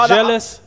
jealous